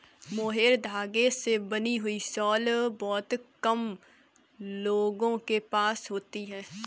mohair धागे से बनी हुई शॉल बहुत कम लोगों के पास होती है